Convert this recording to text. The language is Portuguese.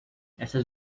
essas